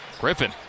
Griffin